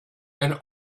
and